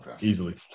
easily